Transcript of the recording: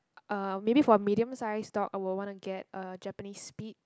uh maybe for a medium size dog I would want to get a Japanese Spitz